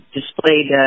displayed